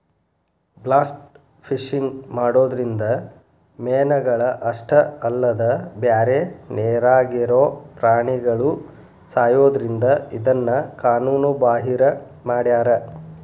blast fishing ಮಾಡೋದ್ರಿಂದ ಮೇನಗಳ ಅಷ್ಟ ಅಲ್ಲದ ಬ್ಯಾರೆ ನೇರಾಗಿರೋ ಪ್ರಾಣಿಗಳು ಸಾಯೋದ್ರಿಂದ ಇದನ್ನ ಕಾನೂನು ಬಾಹಿರ ಮಾಡ್ಯಾರ